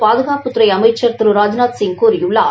பாதுகாப்புத்துறை அமைச்சர் திரு ராஜ்நாத்சிங் கூறியுள்ளார்